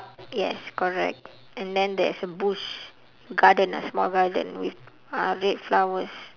yes correct and then there's bush garden a small garden with uh red flowers